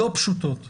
לא פשוטות כלל.